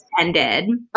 ended